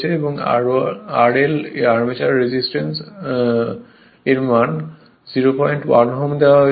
এবং r1 armature resistance এর মান 01 Ω দেওয়া হয়েছে